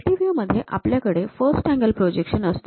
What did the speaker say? तर multi view मध्ये आपल्याकडे फर्स्ट अँगल प्रोजेक्शन असते